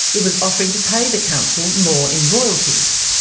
it was offering to pay the council more in royalties.